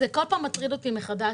זה כל פעם מטריד אותי מחדש,